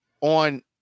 on